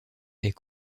est